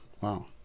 wow